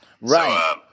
Right